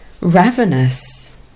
Ravenous